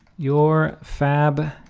your fab